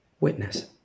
witness